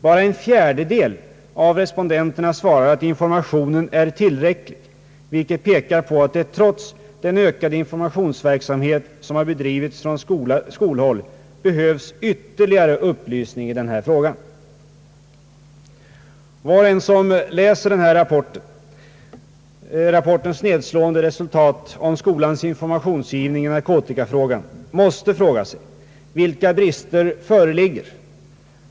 Bara 1/4 av respondenterna svarar att informationen är tillräcklig, vilket pekar på att det trots den ökade informationsverksamhet som har bedrivits från skolhåll behövs ytterligare upplysning i denna fråga.» Var och en som tar del av den här rapportens nedslående resultat i fråga om skolans informationsgivning i narkotikafrågan måste undra: Vilka brister föreligger?